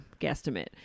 guesstimate